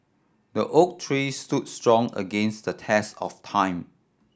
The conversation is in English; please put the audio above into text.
the oak tree stood strong against the test of time